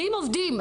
80 עובדים.